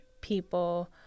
people